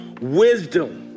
wisdom